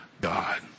God